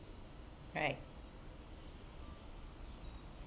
right